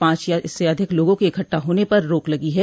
पांच या इससे अधिक लोगों के इकट्ठा होने पर रोक लगी है